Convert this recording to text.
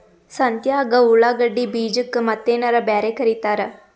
ಸಂತ್ಯಾಗ ಉಳ್ಳಾಗಡ್ಡಿ ಬೀಜಕ್ಕ ಮತ್ತೇನರ ಬ್ಯಾರೆ ಕರಿತಾರ?